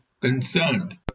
concerned